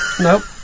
Nope